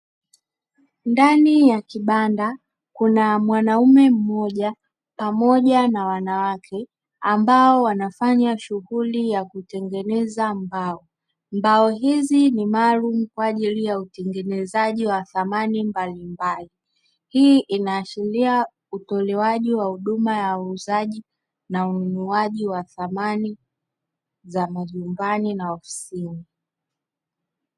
Ndani ya kibanda, kuna mwanaume mmoja pamoja na wanawake ambao wanafanya shughuli ya kutengeneza mbao. Mbao hizi ni maalumu kwa ajili ya utengenezaji wa samani mbalimbali. Hii inaashiria utolewaji wa huduma ya uuzaji na ununuaji wa samani za majumbani na ofisini.